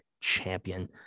champion